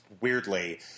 weirdly